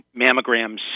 mammograms